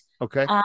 Okay